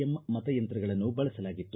M ಮತಯಂತ್ರಗಳನ್ನು ಬಳಸಲಾಗಿತ್ತು